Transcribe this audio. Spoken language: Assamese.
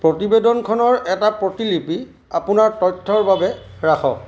প্ৰতিবেদনখনৰ এটা প্ৰতিলিপি আপোনাৰ তথ্যৰ বাবে ৰাখক